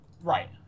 Right